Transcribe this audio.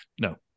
no